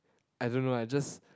I don't know I just